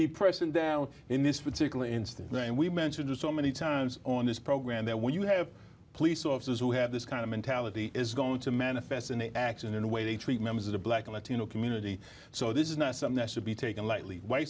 be pressing down in this particular instance and we mentioned so many times on this program that when you have police officers who have this kind of mentality is going to manifest in acts and in a way they treat members of the black latino community so this is not something i should be taken lightly wh